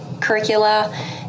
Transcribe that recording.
curricula